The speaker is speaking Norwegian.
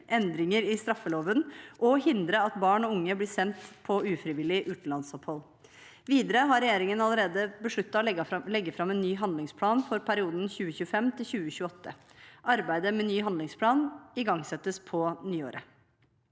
endringer i straffeloven og å hindre at barn og unge blir sendt på ufrivillig utenlandsopphold. Videre har regjeringen allerede besluttet å legge fram en ny handlingsplan for perioden 2025–2028. Arbeidet med ny handlingsplan igangsettes på nyåret.